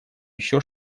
ещё